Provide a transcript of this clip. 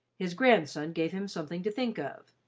his grandson gave him something to think of.